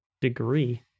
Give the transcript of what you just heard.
degree